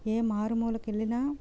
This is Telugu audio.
ఏ మారుమూలకెళ్లిన